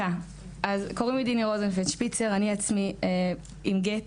קוראים לי דיני רוזנפלד שפיצר, אני עצמי עם גט